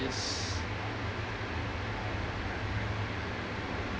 it's